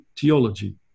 theology